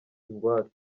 ingwate